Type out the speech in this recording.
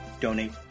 donate